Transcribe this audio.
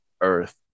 earth